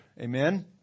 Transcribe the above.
Amen